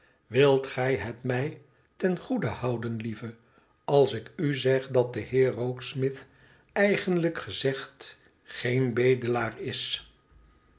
wilt gij het mij ten goede houden lieve als ik u zeg dat de heer rokesmith eigenlijk gezegd geen bedelaar is